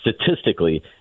statistically